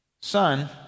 Son